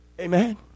amen